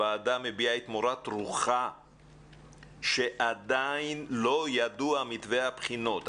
הוועדה מביעה את מורת רוחה שעדיין לא ידוע מתווה הבחינות.